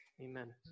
Amen